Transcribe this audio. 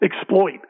exploit